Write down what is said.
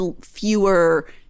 fewer-